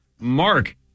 Mark